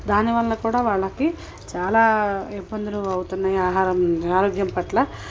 దాని వల్ల కూడా వాళ్ళకి చాలా ఇబ్బందులు అవుతున్నాయి ఆహారం ఆరోగ్యం పట్ల